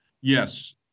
Yes